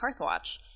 Carthwatch